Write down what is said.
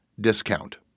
discount